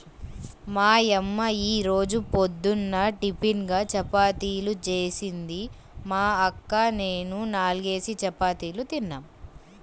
మా యమ్మ యీ రోజు పొద్దున్న టిపిన్గా చపాతీలు జేసింది, మా అక్క నేనూ నాల్గేసి చపాతీలు తిన్నాం